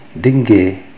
DINGE